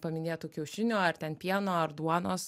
paminėtų kiaušinių ar ten pieno ar duonos